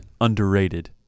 underrated